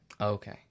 Okay